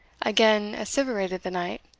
again asseverated the knight.